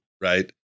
Right